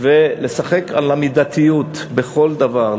ולשחק על המידתיות בכל דבר,